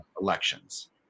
elections